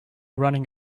running